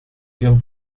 ihrem